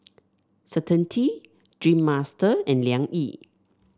Certainty Dreamster and Liang Yi